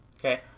Okay